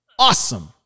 Awesome